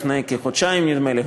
לפני כחודשיים נדמה לי,